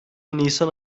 nisan